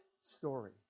story